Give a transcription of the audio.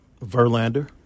Verlander